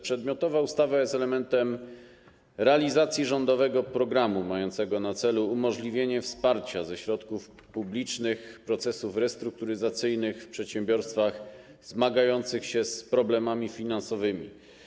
Przedmiotowa ustawa jest elementem realizacji rządowego programu mającego na celu umożliwienie wsparcia ze środków publicznych procesów restrukturyzacyjnych w przedsiębiorstwach zmagających się z problemami finansowymi.